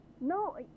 No